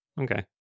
okay